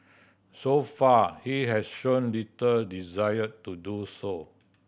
so far he has shown little desire to do so